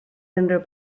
unrhyw